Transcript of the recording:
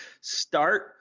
start